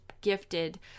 gifted